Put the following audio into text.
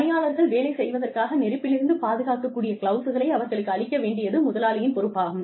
பணியாளர்கள் வேலை செய்வதற்காக நெருப்பிலிருந்து பாதுகாக்கக் கூடிய கிளவுஸ்களை அவர்களுக்கு அளிக்க வேண்டியது முதலாளியின் பொறுப்பாகும்